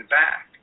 back